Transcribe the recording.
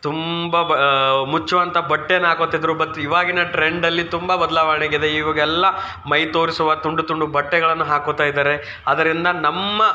ತುಂಬ ಬ ಮುಚ್ಚು ಅಂಥ ಬಟ್ಟೆ ಹಾಕ್ಕೋತ ಇದ್ದರು ಬಟ್ ಇವಾಗಿನ ಟ್ರೆಂಡಲ್ಲಿ ತುಂಬ ಬದಲಾವಣೆ ಆಗಿದೆ ಇವಾಗ ಎಲ್ಲ ಮೈ ತೋರಿಸುವ ತುಂಡು ತುಂಡು ಬಟ್ಟೆಗಳನ್ನು ಹಾಕ್ಕೋತ ಇದ್ದಾರೆ ಅದರಿಂದ ನಮ್ಮ